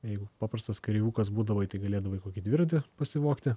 jeigu paprastas kareivukas būdavai tai galėdavai kokį dviratį pasivogti